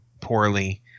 poorly